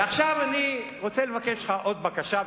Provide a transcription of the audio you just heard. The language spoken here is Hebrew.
עכשיו אני רוצה לבקש ממך עוד בקשה,